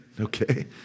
okay